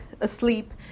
asleep